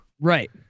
Right